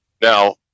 Now